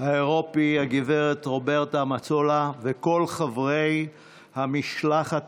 האירופי הגב' רוברטה מטסולה וכל חברי המשלחת